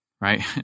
right